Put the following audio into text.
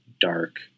dark